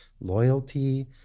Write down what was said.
loyalty